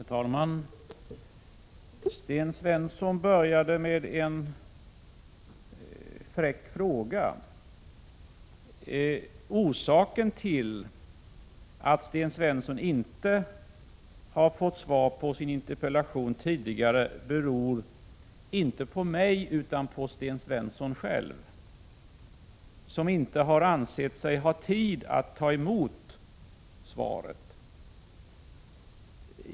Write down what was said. Herr talman! Sten Svensson började med en fräck fråga. Att Sten Svensson inte har fått svar på sin interpellation tidigare beror inte på mig utan på Sten Svensson själv, som inte har ansett sig ha tid att ta emot svaret.